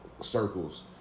circles